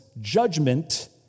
judgment